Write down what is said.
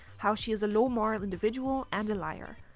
how she is a low moral individual and a liar.